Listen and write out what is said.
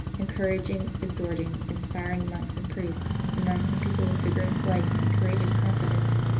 encouraging, exhorting, inspiring monks and priests, nuns and people, with vigorous life and courageous confidence.